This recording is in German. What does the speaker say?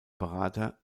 berater